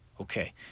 Okay